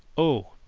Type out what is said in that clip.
oh,